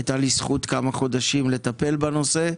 הייתה לי זכות במשך כמה חודשים לטפל בנושא.